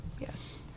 Yes